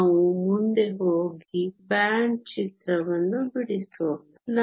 ನಾವು ಮುಂದೆ ಹೋಗಿ ಬ್ಯಾಂಡ್ ಚಿತ್ರವನ್ನು ಬಿಡಿಸೋಣ